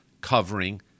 covering